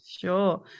Sure